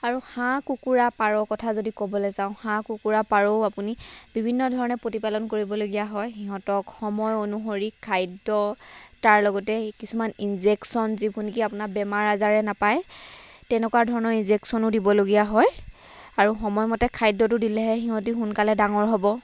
আৰু হাঁহ কুকুৰা পাৰৰ কথা যদি ক'বলৈ যাওঁ হাঁহ কুকুৰা পাৰও আপুনি বিভিন্ন ধৰণে প্ৰতিপালন কৰিবলগীয়া হয় সিহঁতক সময় অনুসৰি খাদ্য তাৰ লগতে কিছুমান ইনজেকশ্যন যিবোৰ নেকি আপোনাৰ বেমাৰ আজাৰে নাপায় তেনেকুৱা ধৰণৰ ইনজেকশ্যনো দিবলগীয়া হয় আৰু সময়মতে খাদ্যটো দিলেহে সিহঁতি সোনকালে ডাঙৰ হ'ব